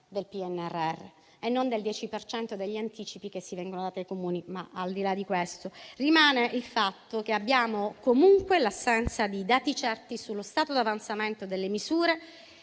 del PNRR e non del 10 per cento degli anticipi che, sì, vengono dati ai Comuni; al di là di questo, rimane però il fatto che abbiamo comunque l'assenza di dati certi sullo stato d'avanzamento delle misure